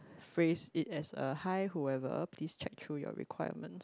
phrase it as a hi whoever please check through your requirements